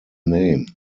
name